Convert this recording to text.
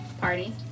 party